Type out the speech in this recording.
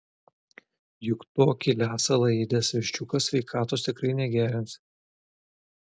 juk tokį lesalą ėdęs viščiukas sveikatos tikrai negerins